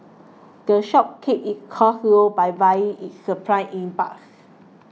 the shop keeps its costs low by buying its supplies in bulks